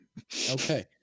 Okay